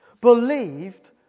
believed